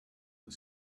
the